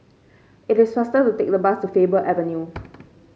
it is faster to take the bus to Faber Avenue